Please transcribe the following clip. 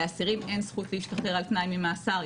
לאסירים אין זכות להשתחרר על תנאי ממאסר,